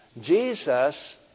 Jesus